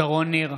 שרון ניר,